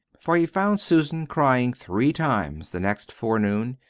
for he found susan crying three times the next forenoon,